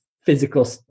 physical